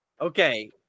Okay